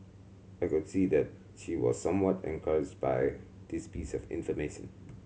I could see that she was somewhat encouraged by this piece of information